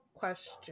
question